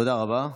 תודה רבה.